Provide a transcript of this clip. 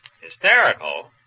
Hysterical